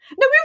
No